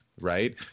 right